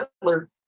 Hitler